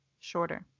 shorter